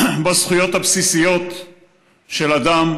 בזכויות הבסיסיות של אדם.